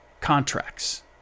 contracts